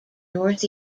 north